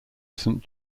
saint